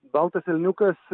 baltas elniukas